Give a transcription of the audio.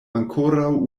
ankoraŭ